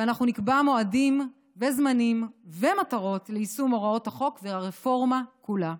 ואנחנו נקבע מועדים וזמנים ומטרות ליישום הוראות החוק והרפורמה כולה.